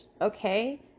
okay